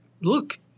Look